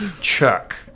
Chuck